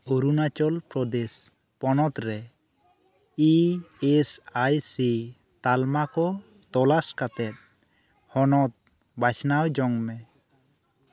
ᱚᱨᱩᱱᱟᱪᱚᱞ ᱯᱨᱚᱫᱮᱥ ᱯᱚᱱᱚᱛ ᱨᱮ E S I C ᱛᱟᱞᱢᱟ ᱠᱚ ᱛᱚᱞᱟᱥ ᱠᱟᱛᱮᱫ ᱦᱚᱱᱚᱛ ᱵᱟᱪᱷᱱᱟᱣ ᱡᱚᱝ ᱢᱮ